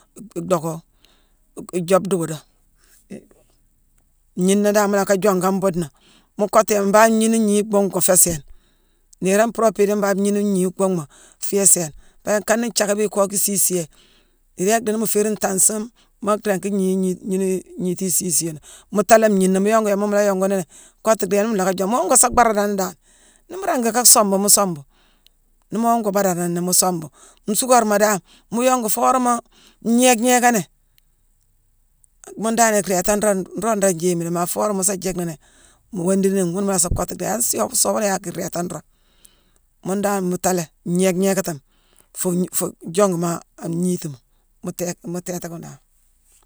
E-e-docka-e-e-ijoobe dii woodo-i. Ngniina dan mu lacka jongu an buudena, mu kottu yam mbangh ngniina ngnii bhuungh ngoo féé sééne. Niirane puropi ndii mbangh ngniine gnii bhuunghma fiyé sééne. Pabia nkana nthiackame ikooke isiisiyé. Niirane idhii nii mu féérine tanson, maa ringi gnii gniine- gniini ngniiti isiisi yune. Mu taalé ngniina. Mu yongu yama mu la jonguni kottu dhii yicki yame na nlacka jongu. Mooma ngoo sa bharanani dan, nii mu ringi ka sombu, mu sombu. Nii moo ngoo bharanani, mu sombu. Nsuukarma dan mu yongu foo woramaa ngnéégh gnéégani, muune danane iréétane nroog nruu raa njéémi déé, maa foo wworama mu sa jick nini mu wandini, ghuna mu laasa kottu dhii yicki-an-siiyo-soobé yaack iréétangh nroog. Muune dan mu taalé; ngnéégh gnéégatame-fuu- fuu- gni- fuu- jonguma an gniitima. Mu-téék-mu-téékati muune dan.